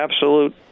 absolute